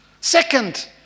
Second